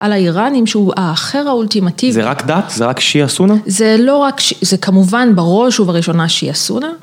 על האיראנים שהוא האחר האולטימטיבי, זה רק דת? זה רק שיהיה סונה? זה כמובן בראש ובראשונה שיהיה סונה.